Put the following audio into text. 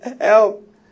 help